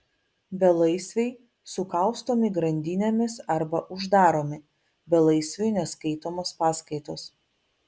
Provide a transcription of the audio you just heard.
belaisviai sukaustomi grandinėmis arba uždaromi belaisviui neskaitomos paskaitos